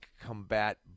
combat